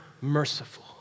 merciful